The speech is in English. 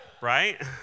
Right